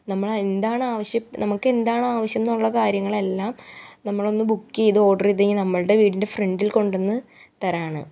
നമ്മളെന്താണ് ആവശ്യപ്പെടുക നമക്കെന്താണാവശ്യമെന്നുള്ള കാര്യങ്ങളെല്ലാം നമ്മളൊന്ന് ബുക്ക് ചെയ്ത ഓഡ്റ് ചെയ്ത് കഴിഞ്ഞാൽ നമ്മളുടെ വീടിൻ്റെ ഫ്രെണ്ടിൽ കൊണ്ടന്ന് തരാണ്